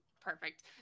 perfect